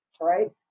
right